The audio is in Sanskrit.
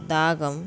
दाहम्